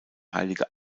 heilige